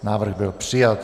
Návrh byl přijat.